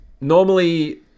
normally